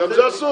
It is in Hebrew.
גם זה אסור?